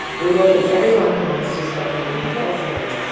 we welcome everyone who wants to stop eating compulsively.